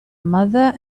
mother